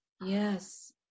yes